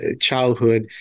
childhood